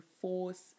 force